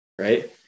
right